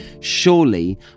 surely